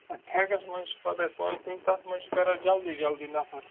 اَدٕ ٹھیکَس مَنٛز چھُ پَتہٕ اَسہِ پانَس تام تَتھ مَنٛز چھُ کَران جَلدی جَلدی نَفَر